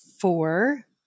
four